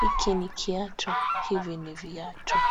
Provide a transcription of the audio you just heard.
hiki ni kiatu, hivi ni viatu.